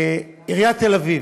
עיריית תל אביב,